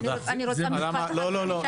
אני באתי מכיוון שאחותי